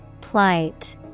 Plight